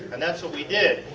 and that is what we did.